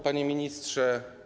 Panie Ministrze!